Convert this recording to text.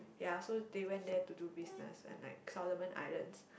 ya so they went there to do business and like Solomon Islands